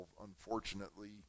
unfortunately